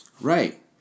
Right